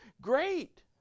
Great